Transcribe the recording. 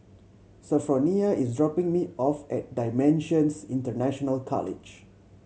Sophronia is dropping me off at Dimensions International College